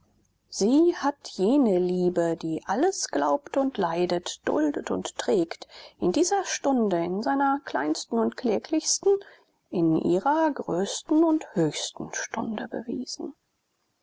sie hat jene liebe die alles glaubt und leidet duldet und trägt in dieser stunde in seiner kleinsten und kläglichsten in ihrer größten und höchsten stunde bewiesen